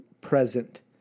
present